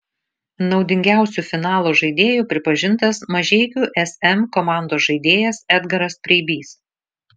naudingiausiu finalo žaidėju pripažintas mažeikių sm komandos žaidėjas edgaras preibys